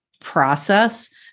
process